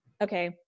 okay